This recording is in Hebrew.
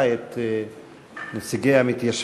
ודאי,